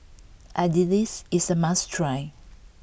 Idilis is a must try